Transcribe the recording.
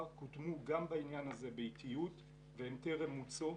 קודמו גם בעניין הזה באיטיות והן טרם מוצו.